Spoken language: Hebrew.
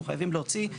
אנחנו צריכים להוציא,